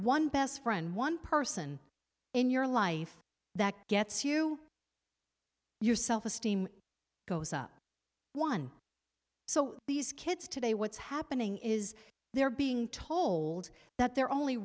one best friend one person in your life that gets you yourself esteem goes up one so these kids today what's happening is they're being told that they're only